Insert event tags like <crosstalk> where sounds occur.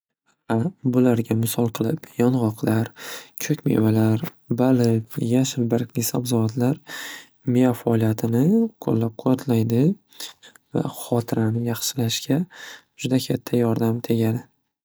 Xa bularga misol qilib yong'oqlar, ko'k mevalar, baliq, yashil bargli sabzavotlar miya faoliyatini qo'llab quvvatlaydi <noise> va hotirani yaxshilashga juda katta yordami tegadi.